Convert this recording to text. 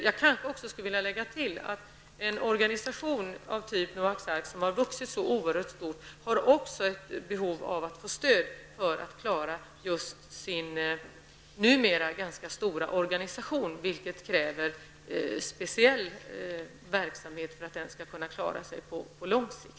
Jag skulle kanske också lägga till att en organisation av Noaks arks typ, har vuxit så oerhört fort, också har ett behov av att få stöd för att klara sin numera ganska stora organisation. Det krävs speciella insatser för att den skall kunna klaras på sikt.